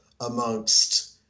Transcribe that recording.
amongst